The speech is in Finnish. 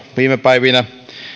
viime päivinä